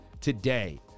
today